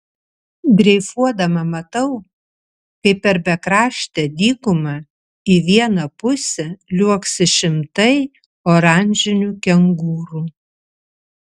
dreifuodama matau kaip per bekraštę dykumą į vieną pusę liuoksi šimtai oranžinių kengūrų